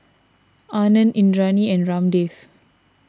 Anand Indranee and Ramdev